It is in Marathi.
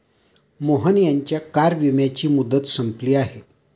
मोहन यांच्या कारच्या विम्याची मुदत संपली आहे